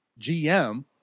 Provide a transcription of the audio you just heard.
GM